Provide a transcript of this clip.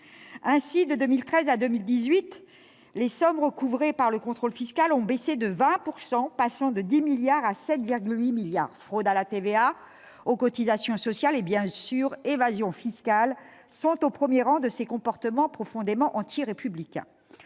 Ainsi, de 2013 à 2018, les sommes recouvrées par le contrôle fiscal ont baissé de 20 %, passant de 10 milliards d'euros à 7,8 milliards d'euros. Fraude à la TVA, aux cotisations sociales et, bien sûr, évasion fiscale sont au premier rang de ces comportements profondément antirépublicains.